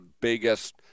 biggest